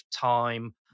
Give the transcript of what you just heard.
time